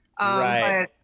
Right